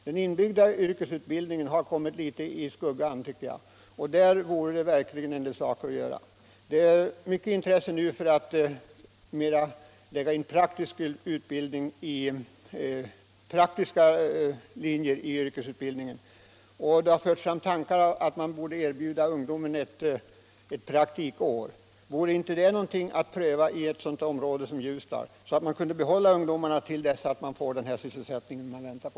Den inbyggda yrkesutbildningen har kommit litet i skuggan, och här är det verkligen en del saker att göra. Det finns nu ett stort intresse för att lägga in praktiska linjer i yrkesutbildningen. Den tanken har framförts att man borde erbjuda ungdomarna ett praktikår. Vore inte det någonting att pröva i ett område som Ljusdal, så att man kan behålla ungdomarna till dess man får den sysselsättning man väntar på?